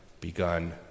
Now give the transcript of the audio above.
begun